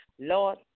Lord